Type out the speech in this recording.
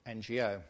NGO